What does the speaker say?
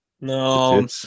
No